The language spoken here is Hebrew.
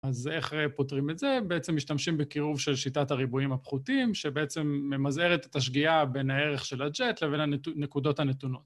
אז איך פותרים את זה? בעצם משתמשים בקירוב של שיטת הריבועים הפחותים שבעצם ממזערת את השגיאה בין הערך של הג'אט לבין הנקודות הנתונות.